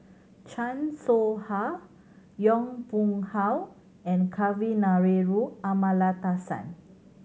Chan Soh Ha Yong Pung How and Kavignareru Amallathasan